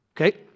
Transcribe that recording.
Okay